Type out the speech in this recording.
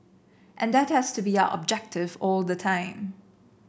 and that has to be our objective all the time